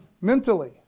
mentally